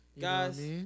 Guys